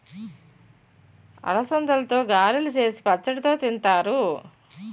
అలసందలతో గారెలు సేసి పచ్చడితో తింతారు